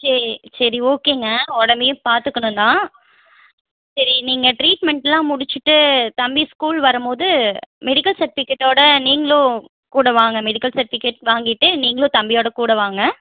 செ சரி ஓகேங்க உடம்பையும் பார்த்துக்கணும் தான் சரி நீங்கள் ட்ரீட்மெண்ட்லாம் முடித்துட்டு தம்பி ஸ்கூல் வரும்போது மெடிக்கல் சர்டிபிகேட்டோட நீங்களும் கூட வாங்க மெடிக்கல் சர்டிபிகேட் வாங்கிட்டு நீங்களும் தம்பியோட கூட வாங்க